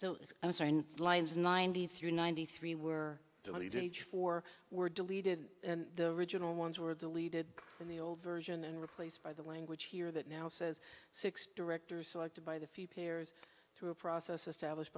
so i'm certain lines ninety three ninety three were for were deleted the original ones were deleted from the old version and replaced by the language here that now says six directors selected by the few pairs through a process established